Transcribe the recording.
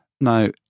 Now